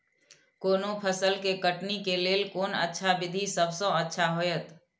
कोनो फसल के कटनी के लेल कोन अच्छा विधि सबसँ अच्छा होयत?